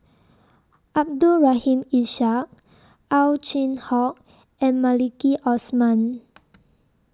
Abdul Rahim Ishak Ow Chin Hock and Maliki Osman